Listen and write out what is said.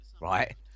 right